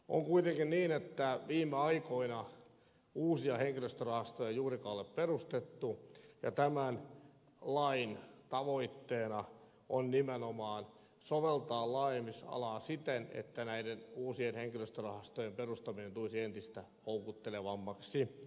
on kuitenkin niin että viime aikoina uusia henkilöstörahastoja juurikaan ei ole perustettu ja tämän lain tavoitteena on nimenomaan soveltaa laajenemisalaa siten että näiden uusien henkilöstörahastojen perustaminen tulisi entistä houkuttelevammaksi